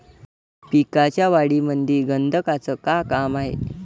पिकाच्या वाढीमंदी गंधकाचं का काम हाये?